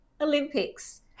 Olympics